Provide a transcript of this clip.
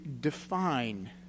define